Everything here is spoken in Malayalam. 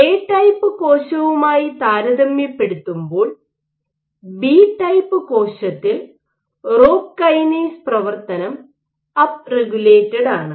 എ ടൈപ്പ് കോശവുമായി താരതമ്യപ്പെടുത്തുമ്പോൾ ബി ടൈപ്പ് കോശത്തിൽ റോക്ക് കൈനേസ് പ്രവർത്തനം അപ്പ് റെഗുലേറ്റഡാണ്